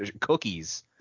cookies